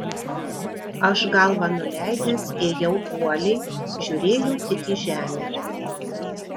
aš galvą nuleidęs ėjau uoliai žiūrėjau tik į žemę